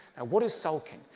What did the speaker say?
and what is sulking?